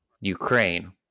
Ukraine